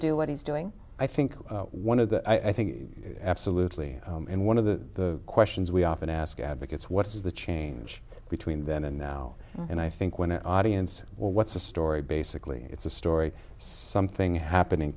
do what he's doing i think one of the i think absolutely and one of the questions we often ask advocates what is the change between then and now and i think when an audience what's a story basically it's a story something happening